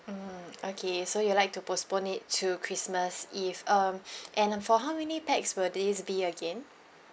mm okay so you like to postpone it to christmas eve um and for how many pax will this be again